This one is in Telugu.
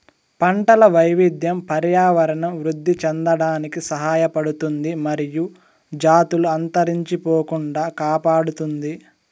పంటల వైవిధ్యం పర్యావరణం వృద్ధి చెందడానికి సహాయపడుతుంది మరియు జాతులు అంతరించిపోకుండా కాపాడుతుంది